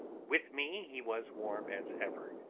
with me he was warm as ever,